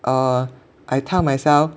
err I tell myself